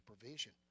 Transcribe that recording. provision